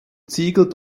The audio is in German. ziegel